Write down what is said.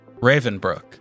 Ravenbrook